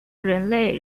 人类